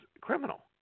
criminal